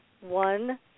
one